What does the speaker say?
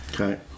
Okay